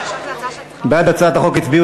ההצעה להעביר